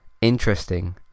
interesting